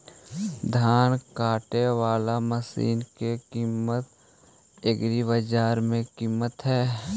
धान काटे बाला मशिन के किमत एग्रीबाजार मे कितना है?